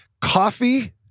Coffee